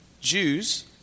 Jews